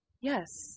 Yes